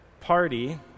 party